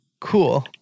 Cool